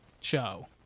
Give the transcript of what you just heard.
show